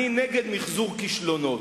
אני נגד מיחזור כישלונות,